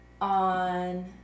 on